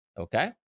Okay